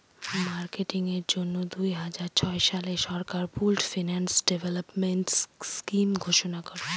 marketing এর জন্য দুই হাজার ছয় সালে সরকার পুল্ড ফিন্যান্স ডেভেলপমেন্ট স্কিম ঘোষণা করে